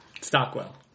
Stockwell